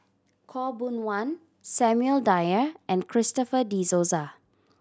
Khaw Boon Wan Samuel Dyer and Christopher De Souza